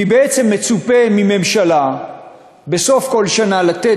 כי בעצם מצופה מממשלה בסוף כל שנה לתת